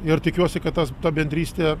ir tikiuosi kad tas ta bendrystė